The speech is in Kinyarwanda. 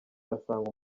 asanga